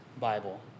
Bible